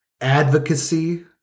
advocacy